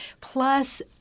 plus